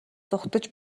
зугтаж